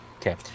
Okay